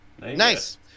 Nice